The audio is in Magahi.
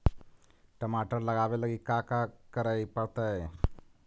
टमाटर लगावे लगी का का करये पड़तै?